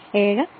7